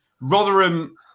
Rotherham